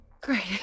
Great